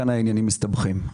כאן העניינים מסתבכים.